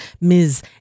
Ms